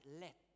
let